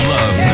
Love